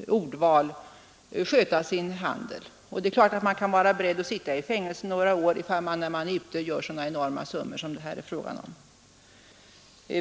täckord sköta sin handel. Och det finns naturligtvis människor som är beredda att ta risken att behöva sitta i fängelse ett par år när man kan göra så enorma ekonomiska förtjänster som det här är fråga om.